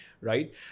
Right